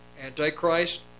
Antichrist